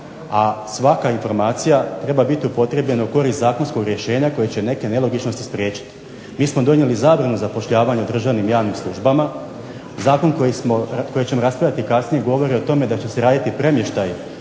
a svaka informacija treba biti upotrijebljena u korist zakonskog rješenja koje će neke nelogičnosti spriječiti. Mi smo donijeli zabranu zapošljavanja u državnim i javnim službama, zakon o kojem ćemo raspravljati kasnije govori o tome da će se raditi premještaj